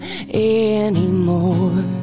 anymore